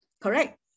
Correct